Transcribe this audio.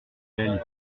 réalités